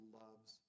loves